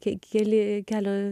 kiek keli kelio